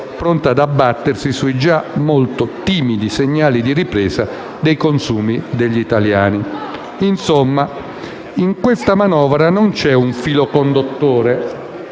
pronta ad abbattersi sui già molto timidi segnali di ripresa dei consumi degli italiani. In sostanza, in questa manovra non c'è un filo conduttore